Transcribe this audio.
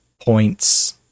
points